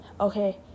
okay